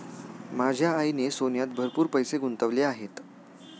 माझ्या आईने सोन्यात भरपूर पैसे गुंतवले आहेत